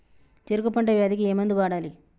చెరుకు పంట వ్యాధి కి ఏ మందు వాడాలి?